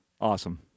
awesome